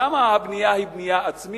שם הבנייה היא בנייה עצמית,